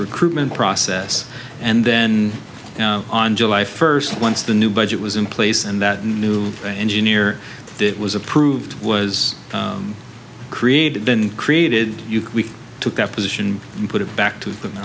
recruitment process and then on july first once the new budget was in place and that new engineer it was approved was created been created we took that position and put it back to the